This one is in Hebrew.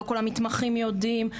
לא כל המתמחים יודעים.